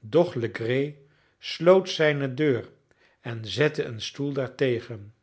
doch legree sloot zijne deur en zette een stoel daartegen